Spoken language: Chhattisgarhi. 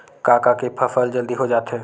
का का के फसल जल्दी हो जाथे?